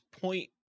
point